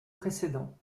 précédents